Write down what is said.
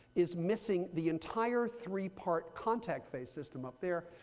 is missing the entire three part contact phase system up there.